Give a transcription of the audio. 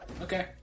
Okay